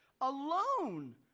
alone